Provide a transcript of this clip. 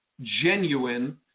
genuine